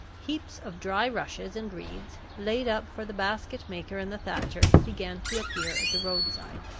heaps of dry rushes and reeds, laid up for the basket-maker and the thatcher, began to appear at the road-side.